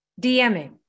DMing